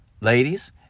Ladies